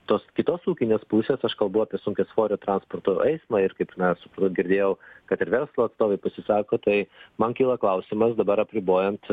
tos kitos ūkinės pusės aš kalbu apie sunkiasvorio transporto eismą ir kaip mes girdėjau kad ir verslo atstovai pasisako tai man kyla klausimas dabar apribojant